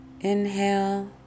Inhale